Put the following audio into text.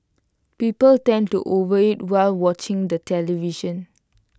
people tend to overeat while watching the television